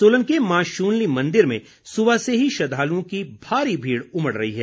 सोलन के माँ शूलिनी मंदिर में सुबह से ही श्रद्दालुओं की भारी भीड़ उमड़ रही है